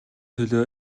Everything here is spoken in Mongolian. төлөө